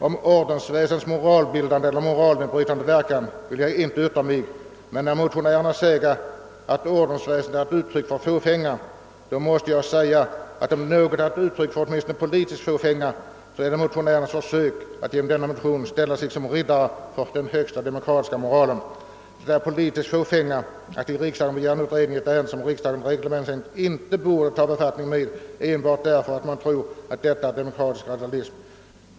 Om ordensväsendets moralbildande eller moralnedbrytande verkan vill jag inte yttra mig, men när motionärerna säga, att ordensväsendet är ett uttryck för fåfänga, då måste jag säga, att om något är ett uttryck för åtminstone politisk fåfänga, så är det motionärernas försök att genom denna motion ställa sig som riddare för den högsta demokratiska moral. Det är politisk fåfänga att i riksdagen begära en utredning i ett ärende, som riksdagen reglementsenligt inte borde ta befattning med enbart därför att man tror att detta är demokratisk radikalism.